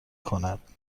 کند